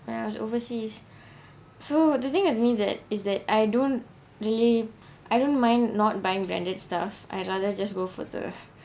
when I was overseas so the thing with me that is that I don't really I don't mind not buying branded stuff I rather just go for the